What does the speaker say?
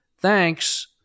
Thanks